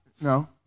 no